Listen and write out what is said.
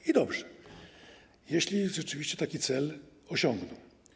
I dobrze, jeśli rzeczywiście taki cel osiągną.